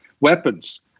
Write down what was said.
weapons